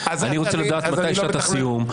ואני רוצה לדעת מתי שעת הסיום.